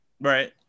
right